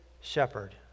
shepherd